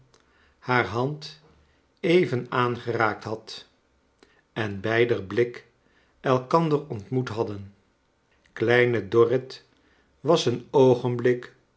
haar hand even aangeraakt had en beider blik elkander ontmoet hadden kleine dorrit was een oogenblik